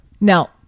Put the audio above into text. Now